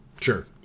Sure